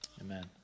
Amen